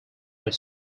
are